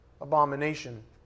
abomination